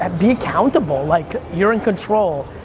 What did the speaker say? ah be accountable, like, you're in control.